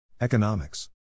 Economics